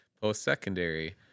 post-secondary